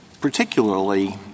particularly